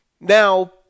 Now